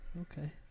Okay